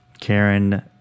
Karen